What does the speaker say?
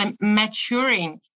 maturing